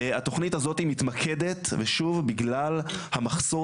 התוכנית הזאת מתמקדת ושוב בגלל המחסור